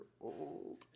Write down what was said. old